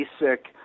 basic